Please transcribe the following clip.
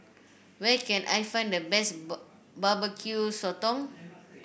where can I find the best Barbecue Sotong